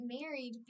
married